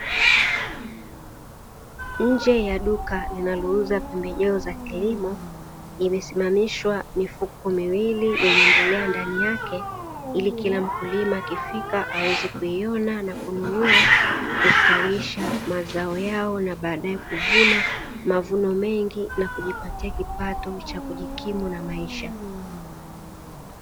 Nje ya duka linalouza pembejeo za kilimo imesimamishwa mifuko miwili yenye mbolea ndani yake ili kila mkulima akifika aweze kuiona na kununua, kustawisha mazao yao na baadae kuvuna mavuno mengi na kujipatia kipato cha kujikimu na maisha.